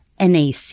NAC